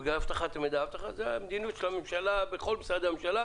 בגלל אבטחת המידע זו מדיניות של הממשלה בכל משרדי הממשלה,